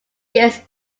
years